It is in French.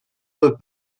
eux